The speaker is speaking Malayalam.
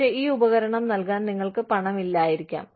പക്ഷേ ഈ ഉപകരണം നൽകാൻ നിങ്ങൾക്ക് പണമില്ലായിരിക്കാം